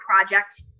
project